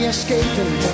Escaping